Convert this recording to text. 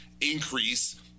increase